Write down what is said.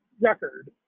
record